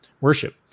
worship